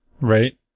Right